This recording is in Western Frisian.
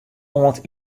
oant